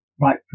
right